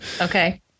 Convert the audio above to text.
Okay